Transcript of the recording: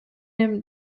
den